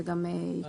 זה גם יקרה.